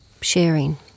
sharing